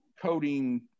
coding